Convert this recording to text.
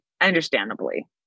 Understandably